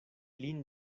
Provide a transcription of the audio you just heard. lin